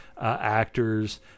actors